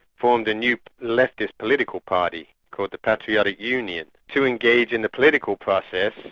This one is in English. formed a new leftist political party, called the patriotic union, to engage in the political process,